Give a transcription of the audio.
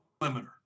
limiter